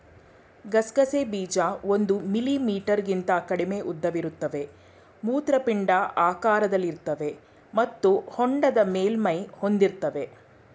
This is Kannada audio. ಗಸಗಸೆ ಬೀಜ ಒಂದು ಮಿಲಿಮೀಟರ್ಗಿಂತ ಕಡಿಮೆ ಉದ್ದವಿರುತ್ತವೆ ಮೂತ್ರಪಿಂಡ ಆಕಾರದಲ್ಲಿರ್ತವೆ ಮತ್ತು ಹೊಂಡದ ಮೇಲ್ಮೈ ಹೊಂದಿರ್ತವೆ